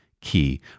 key